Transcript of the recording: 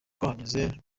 twahageze